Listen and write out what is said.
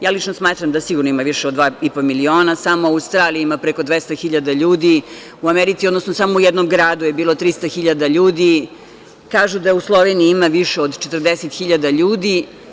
Ja lično smatram da sigurno ima više od 2,5 miliona, samo u Australiji ima preko 200.000 ljudi, u Americi, odnosno samo u jednom gradu je bilo 300.000 ljudi, kažu da u Sloveniji ima više od 40.000 ljudi.